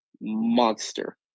monster